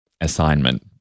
assignment